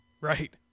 right